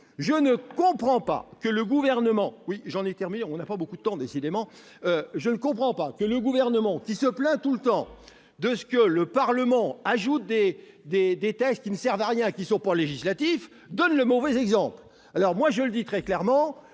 Je ne comprends pas que le Gouvernement, qui se plaint tout le temps de ce que le Parlement ne cesse d'ajouter des textes qui ne servent à rien et qui ne sont pas législatifs, donne le mauvais exemple. Je le dis très clairement